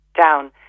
down